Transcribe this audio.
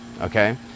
okay